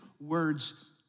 words